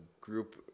group